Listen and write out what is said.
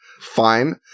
fine